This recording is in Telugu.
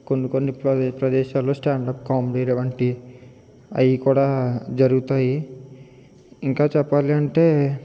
కొన్ని కొన్ని ప్రదే ప్రదేశాలలో స్ట్యాండ్అప్ కామిడీలవంటి అయి కూడా జరుగుతాయి ఇంకా చెప్పాలి అంటే